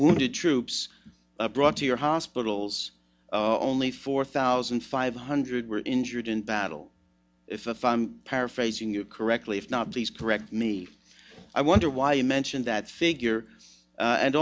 wounded troops brought to your hospitals only four thousand five hundred were injured in battle if i'm paraphrasing you correctly if not please correct me i wonder why you mention that figure a